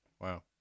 Wow